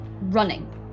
running